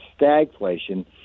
stagflation